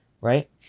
Right